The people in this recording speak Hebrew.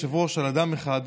כי מי ששומע,